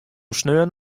sneon